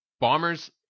Bombers